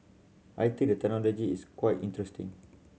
I think the technology is quite interesting